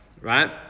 right